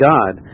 God